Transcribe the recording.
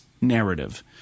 narrative